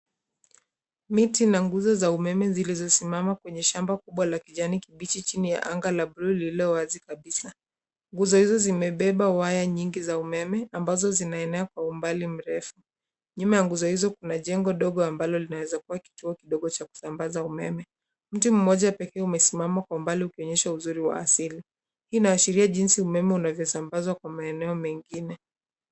Miti na nguzo za umeme zilizosimama kwenye shamba kubwa la kijani kibichi chini ya anga la blue lililo wazi kabisa. Nguzo hizo zimebeba waya nyingi za umeme ambazo zinaenea kwa umbali mrefu. Nyuma ya nguzo hizo kuna jengo dogo ambalo linaweza kuwa kituo kidogo cha kusambaza umeme. Mtu mmoja pekee umesimama kwa umbali ukionyesha uzuri wa asili. Hii inaashiria jinsi umeme unavyosambazwa kwa maeneo mengine.